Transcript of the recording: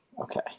Okay